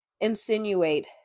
insinuate